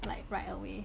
like ride away